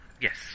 Yes